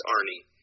Arnie